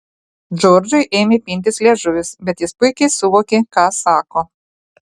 džordžui ėmė pintis liežuvis bet jis puikiai suvokė ką sako